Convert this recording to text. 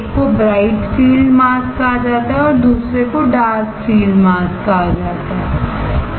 एक को bright field mask कहा जाता है और दूसरे को डार्क फील्ड मास्क कहा जाता हैसही